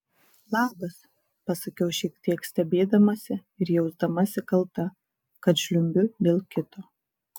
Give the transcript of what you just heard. labas pasakiau šiek tiek stebėdamasi ir jausdamasi kalta kad žliumbiu dėl kito